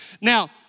Now